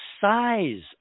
size